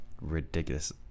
Ridiculous